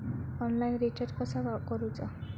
Online recharge कसा करूचा?